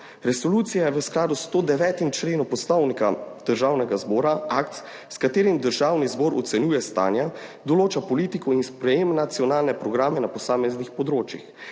Resolucija je v skladu s 109. členom Poslovnika Državnega zbora, akt, s katerim Državni zbor ocenjuje stanje, določa politiko in sprejem nacionalne programe na posameznih področjih.